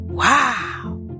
Wow